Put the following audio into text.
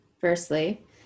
firstly